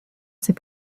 ses